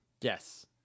Yes